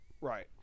Right